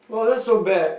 wow that's so bad